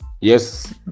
yes